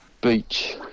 beach